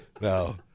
No